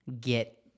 get